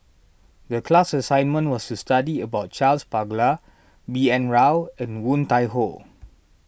the class assignment was to study about Charles Paglar B N Rao and Woon Tai Ho